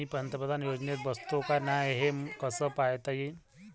मी पंतप्रधान योजनेत बसतो का नाय, हे कस पायता येईन?